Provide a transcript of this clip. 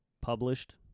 published